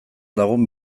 lagun